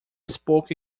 spoke